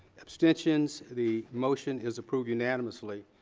abstentions. the motion is approved unanimously.